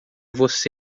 você